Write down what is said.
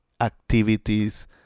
activities